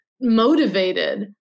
motivated